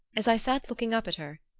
as i sat looking up at her,